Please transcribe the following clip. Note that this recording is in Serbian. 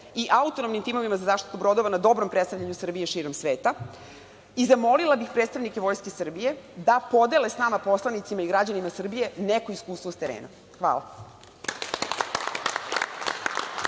i autonomnim timovima za zaštitu brodova na dobrom predstavljanju Srbije širom sveta i zamolila bih predstavnike Vojske Srbije da podele s nama poslanicima i građanima Srbije neko iskustvo s terena. Hvala.